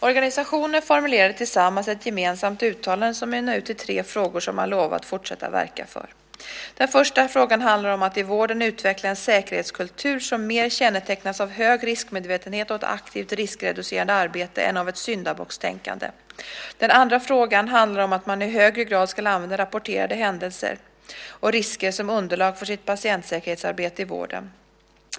Organisationerna formulerade tillsammans ett gemensamt uttalande som mynnade ut i tre frågor som man lovade att fortsätta verka för. Den första frågan handlar om att i vården utveckla en säkerhetskultur som mer kännetecknas av hög riskmedvetenhet och ett aktivt riskreducerande arbete än av ett syndabockstänkande. Den andra frågan handlar om att man i högre grad ska använda rapporterade händelser och risker som underlag för sitt patientsäkerhetsarbete i vården.